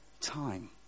time